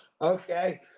okay